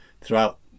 throughout